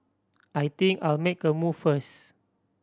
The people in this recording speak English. I think I'll make a move first